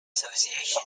association